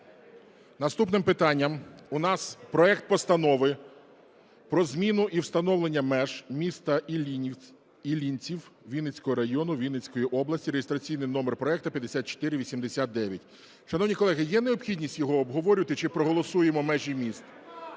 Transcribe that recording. Наступним питанням у нас проект Постанови про зміну і встановлення меж міста Іллінців Вінницького району Вінницької області (реєстраційний номер проекту 5489). Шановні колеги, є необхідність його обговорювати чи проголосуємо межі міст?